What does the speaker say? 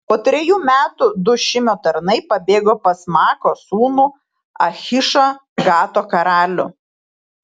po trejų metų du šimio tarnai pabėgo pas maakos sūnų achišą gato karalių